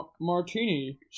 martini